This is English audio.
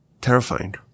terrifying